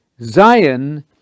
Zion